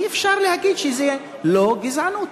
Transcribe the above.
אי-אפשר להגיד שזה לא גזענות.